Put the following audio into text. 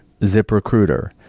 ziprecruiter